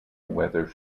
weather